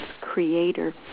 creator